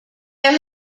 there